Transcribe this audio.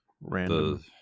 random